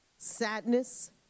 Sadness